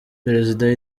perezida